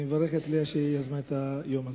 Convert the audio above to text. אני מברך את ליה על שהיא יזמה את היום הזה.